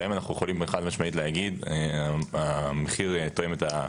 בהם אנחנו גם יכולים חד-משמעית להגיד: המחיר תואם את העלות.